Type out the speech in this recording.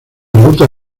ruta